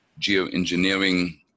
geoengineering